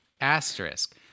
Asterisk